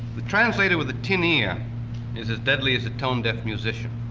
the translator with a tin ear is as deadly as a tone deaf musician.